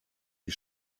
die